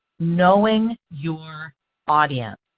knowing your audience.